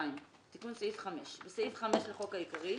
אני ממשיכה בקריאה: תיקון סעיף 5 2. בסעיף 5 לחוק העיקרי,